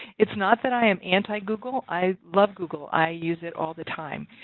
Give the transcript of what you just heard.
it's not that i am anti-google. i love google. i use it all the time.